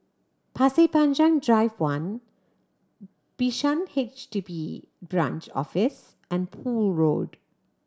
Pasir Panjang Drive One Bishan H D B Branch Office and Poole Road